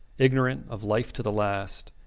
ignorant of life to the last,